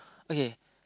okay